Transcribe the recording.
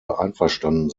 einverstanden